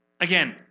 Again